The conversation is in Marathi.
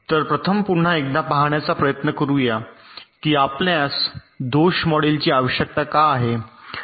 तर प्रथम पुन्हा एकदा पाहण्याचा प्रयत्न करूया की आपल्यास दोष मॉडेलची आवश्यकता का आहे